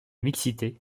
mixité